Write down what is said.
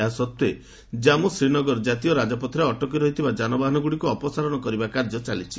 ଏହା ସତ୍ତ୍ୱେ ଜାମ୍ଗୁ ଶ୍ରୀନଗର ଜାତୀୟ ରାଜପଥରେ ଅଟକି ରହିଥିବା ଯାନବାହନଗୁଡ଼ିକୁ ଅପସାରଣ କରିବା କାର୍ଯ୍ୟ ଚାଲିଛି